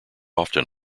often